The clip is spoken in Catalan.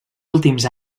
últims